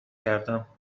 کردم